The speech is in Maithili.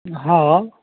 हँअऽ